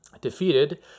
Defeated